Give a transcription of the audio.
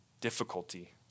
difficulty